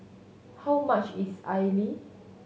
how much is idly